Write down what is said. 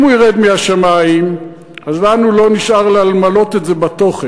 אם הוא ירד מהשמים אז לנו לא נשאר אלא למלא את זה בתוכן,